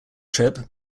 trip